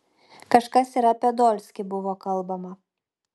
kažkas ir apie dolskį buvo kalbama